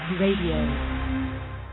Radio